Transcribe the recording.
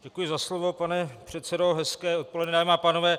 Děkuji za slovo, pane předsedo, hezké odpoledne, dámy a pánové.